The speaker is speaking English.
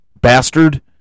bastard